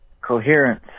Coherence